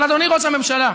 אדוני ראש הממשלה,